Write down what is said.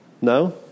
no